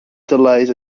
delayed